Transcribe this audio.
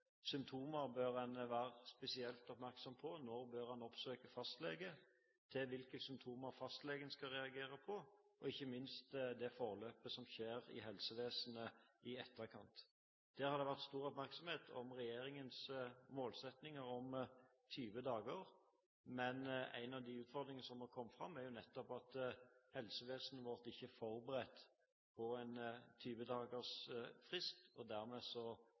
symptomer vi bør være spesielt oppmerksomme på, og når vi bør oppsøke fastlege, til hvilke symptomer fastlegen skal reagere på. Og ikke minst handler det om forløpet som skjer i helsevesenet i etterkant. Det har vært stor oppmerksomhet rundt regjeringens målsetting om 20 dager. Men en av de utfordringene som har kommet fram, er jo nettopp at helsevesenet vårt ikke er forberedt på en 20 dagers frist, og dermed